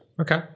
Okay